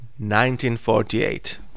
1948